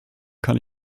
kann